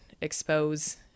expose